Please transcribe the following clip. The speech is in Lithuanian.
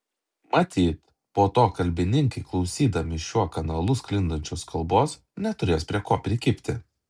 matyt po to kalbininkai klausydami šiuo kanalu sklindančios kalbos neturės prie ko prikibti